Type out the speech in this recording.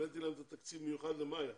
הבאתי להם את התקציב במיוחד ל'מאיה'